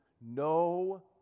no